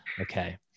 Okay